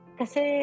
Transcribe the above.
kasi